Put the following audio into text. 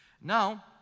now